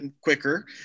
quicker